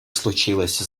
случилось